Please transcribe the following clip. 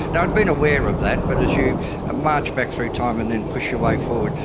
and i'd been aware of that, but as you march back through time and then push your way forward,